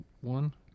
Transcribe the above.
one